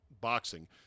boxing